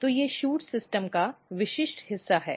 तो ये shoot system का विशिष्ट हिस्सा हैं